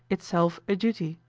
itself a duty,